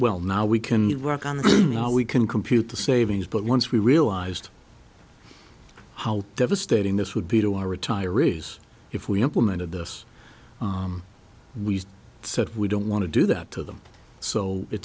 well now we can work on this now we can compute the savings but once we realised how devastating this would be to our retirees if we implemented this we said we don't want to do that to them so it